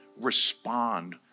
respond